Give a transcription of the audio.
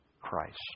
Christ